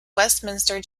westminster